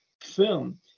film